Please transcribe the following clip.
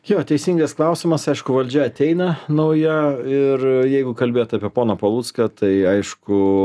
jo teisingas klausimas aišku valdžia ateina nauja ir jeigu kalbėt apie poną palucką tai aišku